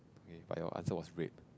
okay but your answer was rape